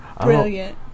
Brilliant